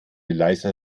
leiser